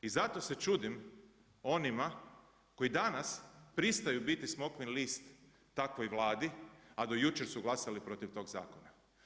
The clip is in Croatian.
I zato se čudim onima koji danas pristaju biti smokvin list takvoj Vladi, a do jučer su glasali protiv tog zakona.